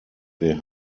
wir